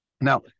Now